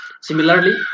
Similarly